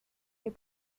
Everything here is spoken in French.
les